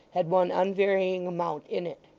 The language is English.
had one unvarying amount in it.